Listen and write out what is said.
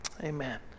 Amen